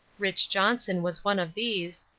rich. johnson was one of these,